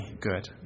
good